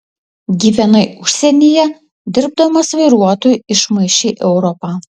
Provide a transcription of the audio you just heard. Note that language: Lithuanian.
gyvenai užsienyje dirbdamas vairuotoju išmaišei europą